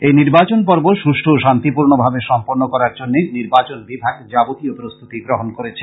এই নির্বাচন পর্ব সুষ্ঠু ও শান্তিপূর্ণভাবে সম্পন্ন করার জন্য নির্বাচন বিভাগ যাবতীয় প্রস্তুতি গ্রহণ করেছে